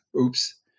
Oops